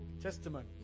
testimony